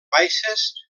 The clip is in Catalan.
baixes